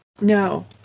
no